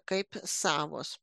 kaip savos